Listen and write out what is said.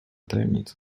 tajemnica